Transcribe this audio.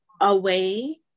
away